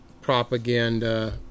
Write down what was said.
propaganda